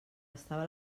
estava